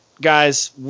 guys